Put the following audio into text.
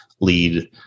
lead